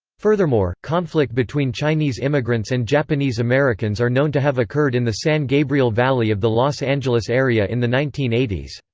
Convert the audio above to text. furthermore, conflict between chinese immigrants and japanese americans are known to have occurred in the san gabriel valley of the los angeles area in the nineteen